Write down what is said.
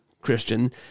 Christian